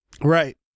right